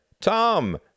Tom